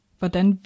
Hvordan